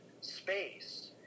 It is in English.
space